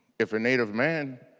if a native man